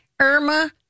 Irma